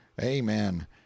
Amen